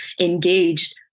engaged